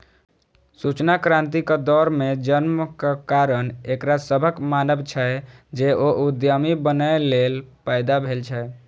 सूचना क्रांतिक दौर मे जन्मक कारण एकरा सभक मानब छै, जे ओ उद्यमी बनैए लेल पैदा भेल छै